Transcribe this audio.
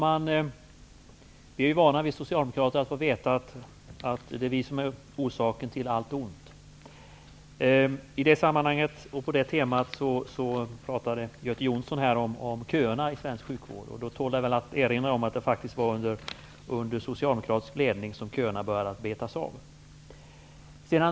Herr talman! Vi socialdemokrater är vana vid att få veta att vi är orsaken till allt ont. På det temat talade Göte Jonsson om köerna i svensk sjukvård. Det tål att erinra om att det var under socialdemokratisk ledning som köerna började betas av.